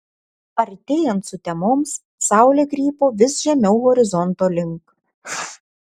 artėjant sutemoms saulė krypo vis žemiau horizonto link